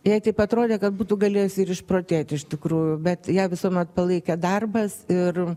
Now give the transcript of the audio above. jai taip atrodė kad būtų galėjusi ir išprotėt iš tikrųjų bet ją visuomet palaikė darbas ir